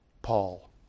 Paul